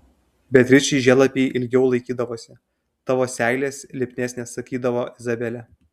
beatričei žiedlapiai ilgiau laikydavosi tavo seilės lipnesnės sakydavo izabelė